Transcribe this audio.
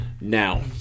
Now